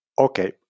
okay